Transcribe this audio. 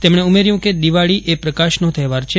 તેમજ્ઞે ઉમેર્યુ કે દિવાળીએ પ્રકાશનો તહેવાર છે